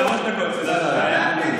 בוסו, שוויון בזכויות וחובות, לא רק זכויות.